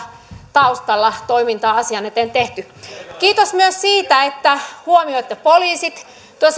taustalla asian eteen tehty kiitos myös siitä että huomioitte poliisit